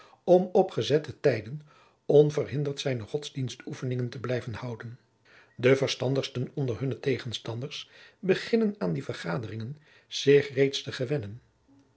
om op gezette tijden onverhinderd zijne godsdienstoefeningen te blijven houden de verstandigsten onder hunne tegenstanders beginnen aan die vergaderingen zich reeds te gewennen